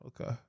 Okay